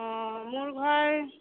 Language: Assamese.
অ' মোৰ ঘৰ